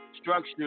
structure